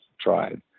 tried